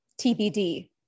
TBD